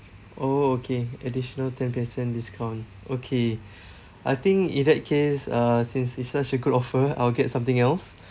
oh okay additional ten per cent discount okay I think in that case uh since it's such a good offer I'll get something else